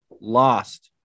lost